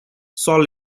salt